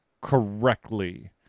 correctly